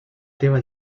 teva